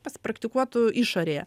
pasipraktikuotų išorėje